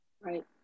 Right